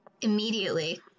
Immediately